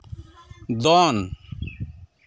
ᱫᱚᱱ